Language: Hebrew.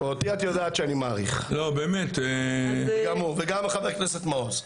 אותי את יודעת שאני מעריך וגם חבר הכנסת מעוז.